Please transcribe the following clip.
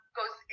goes